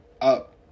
up